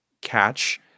catch